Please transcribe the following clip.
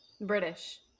British